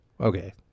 Okay